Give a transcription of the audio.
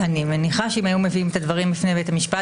אני מניחה שאם היו מביאים את הדברים בפני בית המשפט,